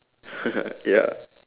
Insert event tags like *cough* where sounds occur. *noise* ya